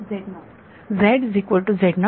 विद्यार्थी z not